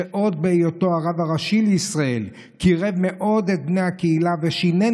שעוד בהיותו הרב הראשי לישראל קירב מאוד את בני הקהילה ושינן